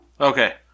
Okay